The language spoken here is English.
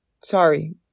Sorry